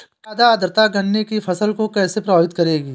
ज़्यादा आर्द्रता गन्ने की फसल को कैसे प्रभावित करेगी?